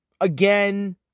again